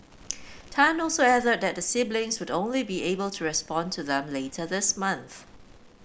Tan also added that the siblings would only be able to respond to them later this month